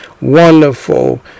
wonderful